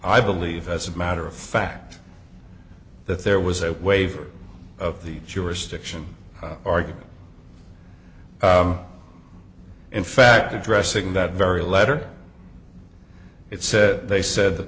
i believe as a matter of fact that there was a waiver of the jurisdiction argument in fact addressing that very letter it said they said th